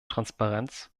transparenz